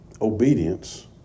obedience